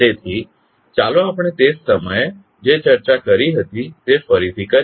તેથી ચાલો આપણે તે સમયે જે ચર્ચા કરી હતી તે ફરીથી કરીએ